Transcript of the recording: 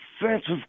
offensive